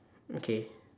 okay